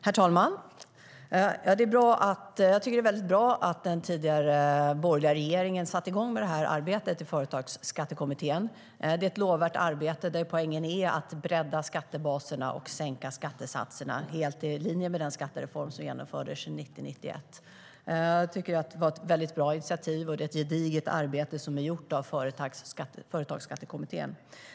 Herr talman! Jag tycker att det är väldigt bra att den tidigare borgerliga regeringen satte igång detta arbete i Företagsskattekommittén. Det är ett lovvärt arbete, där poängen är att bredda skattebaserna och sänka skattesatserna helt i linje med den skattereform som genomfördes 1990-1991. Det var ett mycket bra initiativ, och det är ett gediget arbete som har gjorts av Företagsskattekommittén.